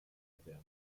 erwärmt